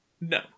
No